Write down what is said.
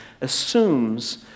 assumes